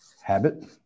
Habit